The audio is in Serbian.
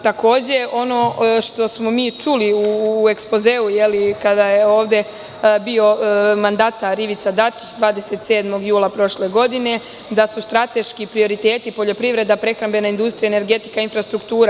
Takođe, ono što smo mi čuli u ekspozeu kada je ovde bio mandatar Ivica Dačić 27. jula prošle godine da su strateški prioriteti poljoprivreda, prehrambena industrija, energetika, infrastruktura.